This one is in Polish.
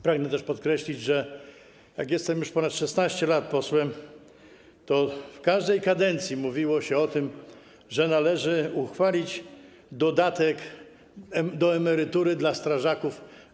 Pragnę też podkreślić, a jestem już od przeszło 16 lat posłem, że w każdej kadencji mówiło się o tym, że należy uchwalić dodatek do emerytury dla strażaków.